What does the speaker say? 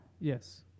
Yes